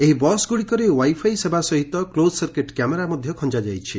ଏହି ବସ୍ ଗୁଡ଼ିକରେ ଓ୍ୱାଇଫାଇ ସେବା ସହିତ କ୍ଲୋଜ୍ ସର୍କିଟ୍ କ୍ୟାମେରା ଖଞ୍ଚା ଯାଇଛି